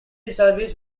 service